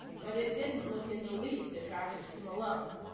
but it didn't look in the least attractive to malone.